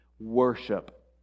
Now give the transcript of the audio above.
worship